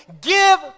give